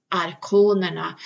arkonerna